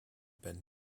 been